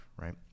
right